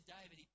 David